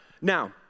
Now